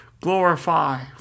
glorify